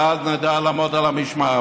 ואז נדע לעמוד על המשמר.